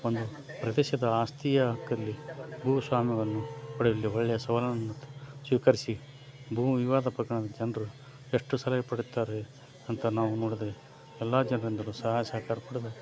ಒಂದು ಪ್ರದೇಶದ ಆಸ್ತಿಯ ಹಕ್ಕಲ್ಲಿ ಭೂಸ್ವಾಮ್ಯವನ್ನು ಪಡೆವಲ್ಲಿ ಒಳ್ಳೆಯ ಸವಾಲನ್ನು ಸ್ವೀಕರಿಸಿ ಭೂಮಿ ವಿವಾದ ಪ್ರಕರಣದಲ್ಲಿ ಜನರು ಎಷ್ಟು ಸಲಹೆ ಪಡೀತಾರೆ ಅಂತ ನಾವು ನೋಡಿದ್ರೆ ಎಲ್ಲ ಜನರಿಂದಲೂ ಸಹಾಯ ಸಹಕಾರ ಪಡೆದು